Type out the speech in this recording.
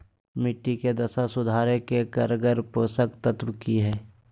मिट्टी के दशा सुधारे के कारगर पोषक तत्व की है?